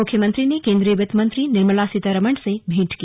मुख्यमंत्री ने केन्द्रीय वित्त मंत्री निर्मला सीतारमण से भेंट की